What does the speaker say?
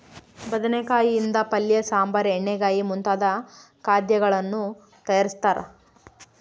ಬದನೆಕಾಯಿ ಯಿಂದ ಪಲ್ಯ ಸಾಂಬಾರ್ ಎಣ್ಣೆಗಾಯಿ ಮುಂತಾದ ಖಾದ್ಯಗಳನ್ನು ತಯಾರಿಸ್ತಾರ